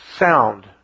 sound